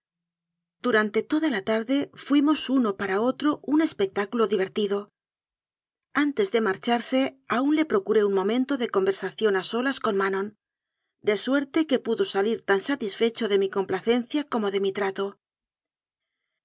durante toda la tarde fuimos uno para otro un espectáculo divertido antes de marcharse aún le procuré un momento de conversación a solas con manon de suerte que pudo salir tan satisfecho de mi complacencia como de mi trato